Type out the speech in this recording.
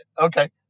Okay